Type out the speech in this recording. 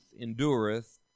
endureth